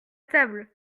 table